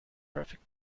perfect